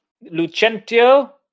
Lucentio